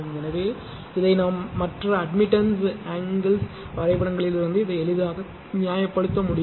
எனவே இதை நாம் மற்ற அட்மிட்டன்ஸ் ஆங்கிள்ஸ் வரைபடங்கள் லிருந்து இதை எளிதாக நியாயப்படுத்த முடியும்